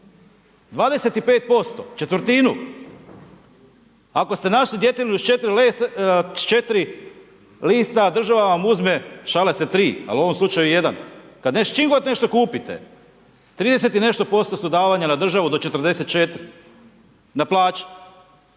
25%, četvrtinu. Ako ste našli djetelinu sa 4 lista, država vam uzme … 3, ali u ovom slučaju jedan. Čim god nešto kupite, 30 i nešto posto su davanja na državu do 44 na plaći.